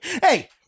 Hey